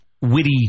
witty